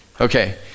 Okay